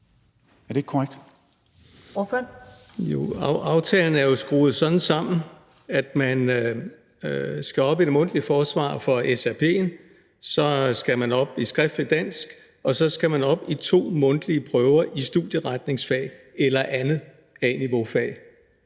Jakob Sølvhøj (EL): Aftalen er jo skruet sådan sammen, at man skal op i det mundtlige forsvar af SRP'en, at man skal op i skriftligt dansk, og at man så skal op i to mundtlige prøver i studieretningsfag eller andet A-niveaufag.